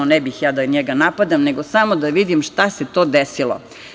Ne bih ja da njega napadam, nego samo da vidim šta se to desilo.